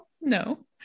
no